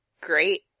great